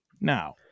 now